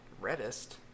reddest